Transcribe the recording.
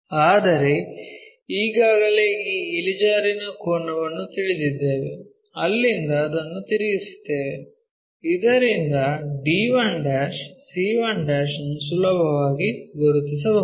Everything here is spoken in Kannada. ಆದರೆ ಈಗಾಗಲೇ ಈ ಇಳಿಜಾರಿನ ಕೋನವನ್ನು ತಿಳಿದಿದ್ದೇವೆ ಅಲ್ಲಿಂದ ಅದನ್ನು ತಿರುಗಿಸುತ್ತೇವೆ ಇದರಿಂದ d1 c1 ಅನ್ನು ಸುಲಭವಾಗಿ ಗುರುತಿಸಬಹುದು